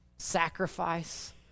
sacrifice